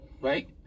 Right